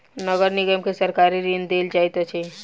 नगर निगम के सरकारी ऋण देल जाइत अछि